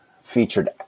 featured